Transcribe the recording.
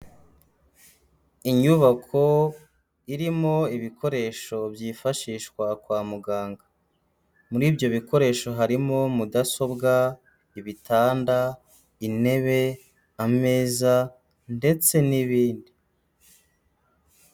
Inyubako irimo ibikoresho byifashishwa kwa muganga, muri ibyo bikoresho harimo: Mudasobwa, ibitanda, intebe, ameza ndetse n'ibindi.